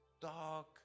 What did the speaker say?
dark